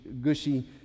gushy